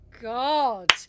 God